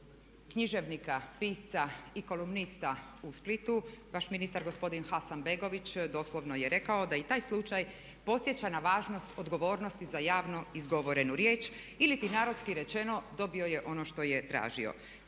književnika, pisca i kolumnista u Splitu vaš ministar gospodin Hasanbegović doslovno je rekao da i taj slučaj podsjeća na važnost odgovornosti za javno izgovorenu riječ iliti narodski rečeno dobio je ono što je tražio.